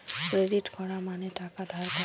credit করা মানে টাকা ধার করা